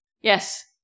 Yes